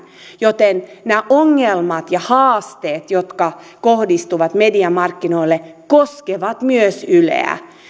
joten nämä ongelmat ja haasteet jotka kohdistuvat mediamarkkinoille koskevat myös yleä